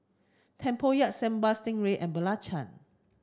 Tempoyak Sambal Stingray and Belacan